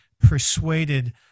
persuaded